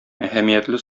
әһәмиятле